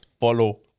follow